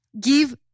give